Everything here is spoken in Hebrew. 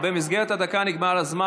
במסגרת הדקה נגמר הזמן.